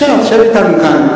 שב אתנו כאן.